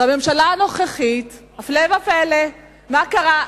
והממשלה הנוכחית, הפלא ופלא, מה קרה?